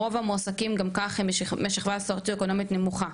רוב העובדים בה הם משכבה סוציו אקונומית נמוכה.